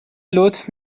لطف